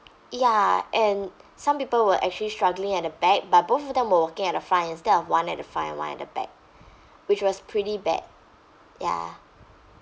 ya and some people were actually struggling at the back but both of them were walking at the front instead of one at the front and one at the back which was pretty bad ya